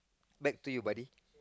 back to you buddy